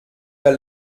der